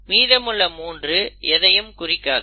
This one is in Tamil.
மீதமுள்ள 3 எதையும் குறிக்காது